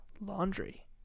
laundry